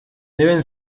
deben